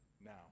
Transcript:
now